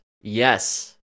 Yes